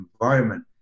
environment